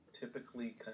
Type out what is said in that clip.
typically